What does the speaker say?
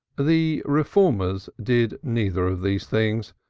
the reformers did neither of these things,